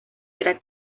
era